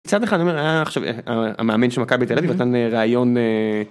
מצד אחד אומר: עכשיו המאמן של מכבי תל אביב נתן ראיון.